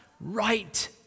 right